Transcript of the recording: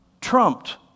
trumped